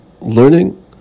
learning